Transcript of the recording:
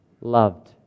loved